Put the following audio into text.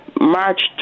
March